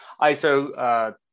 ISO